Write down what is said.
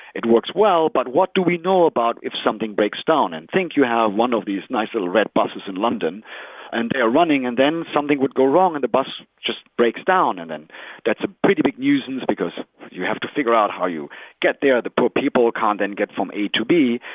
it works well, but do we know about if something breaks down? and think you have one of these nice little red buses in london and they are running and then something would go wrong and the bus just breaks down? and and that's a pretty big nuisance because you have to figure out how you get there, the people can then get from a to b.